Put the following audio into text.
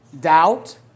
doubt